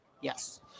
yes